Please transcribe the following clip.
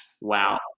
wow